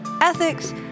ethics